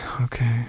Okay